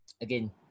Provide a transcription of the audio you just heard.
again